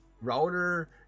router